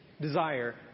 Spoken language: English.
desire